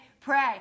pray